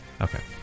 Okay